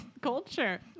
culture